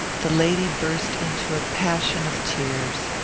the lady burst into a passion of tears.